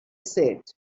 said